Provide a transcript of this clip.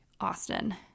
Austin